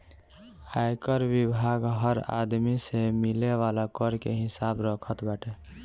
आयकर विभाग हर आदमी से मिले वाला कर के हिसाब रखत बाटे